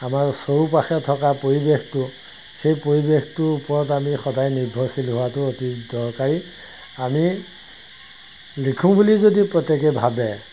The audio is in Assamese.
আমাৰ চৌপাশে থকা পৰিৱেশটো সেই পৰিৱেশটোৰ ওপৰত আমি সদায় নিৰ্ভৰশীল হোৱাটো অতি দৰকাৰী আমি লিখোঁ বুলি যদি প্ৰত্যেকে ভাবে